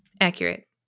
accurate